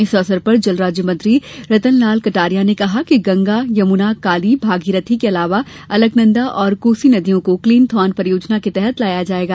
इस अवसर पर जल राज्य मंत्री रतन लाल कटारिया ने कहा कि गंगा यमुना काली भागीरथी के अलावा अलकनंदा और कोसी नदियों को क्लीनथॉन परियोजना के तहत लाया जाएगा